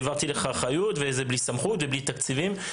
העברתי לך אחריות וזה בלי סמכות ובלי תקציבים,